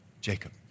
Jacob